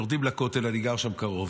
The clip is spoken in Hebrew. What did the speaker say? יורדים לכותל, אני גר שם קרוב,